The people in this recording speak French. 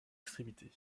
extrémité